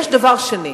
יש דבר שני,